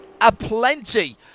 aplenty